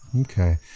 Okay